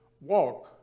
walk